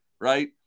right